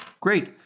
Great